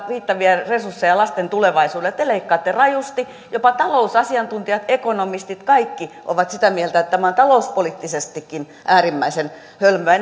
riittäviä resursseja lasten tulevaisuudelle te leikkaatte rajusti jopa talousasiantuntijat ekonomistit kaikki ovat sitä mieltä että tämä on talouspoliittisestikin äärimmäisen hölmöä